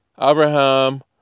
Abraham